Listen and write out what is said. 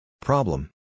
Problem